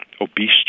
Obese